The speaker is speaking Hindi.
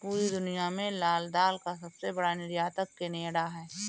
पूरी दुनिया में लाल दाल का सबसे बड़ा निर्यातक केनेडा है